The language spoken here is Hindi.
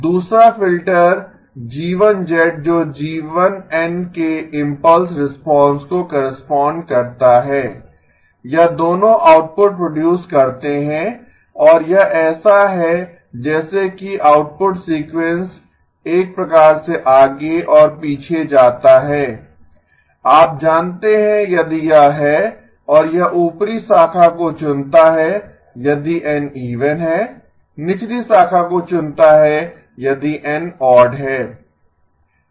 दूसरा फ़िल्टर G1 जो कि g1 n के इम्पल्स रिस्पांस को कोरेसपोंड करता है यह दोनों आउटपुट प्रोडूस करते हैं और यह ऐसा है जैसे कि आउटपुट सीक्वेंस एक प्रकार से आगे और पीछे जाता है आप जानते हैं यदि यह है और यह ऊपरी शाखा को चुनता है यदि n इवन है निचली शाखा को चुनता है यदि n ऑड है